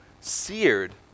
seared